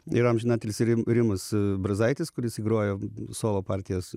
ir amžiną atilsį rimas brazaitis kuris grojo solo partijas